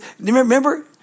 remember